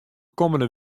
kommende